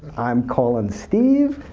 i'm calling steve,